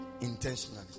intentionally